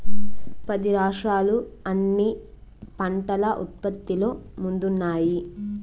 పది రాష్ట్రాలు అన్ని పంటల ఉత్పత్తిలో ముందున్నాయి